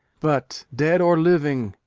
but, dead or living,